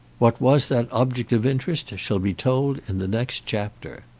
what was that object of interest shall be told in the next chapter.